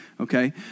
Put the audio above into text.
okay